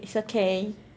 it's okay